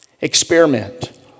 Experiment